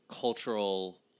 Cultural